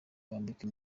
bambikwa